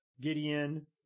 Gideon